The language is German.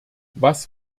was